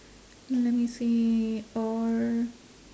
let me see or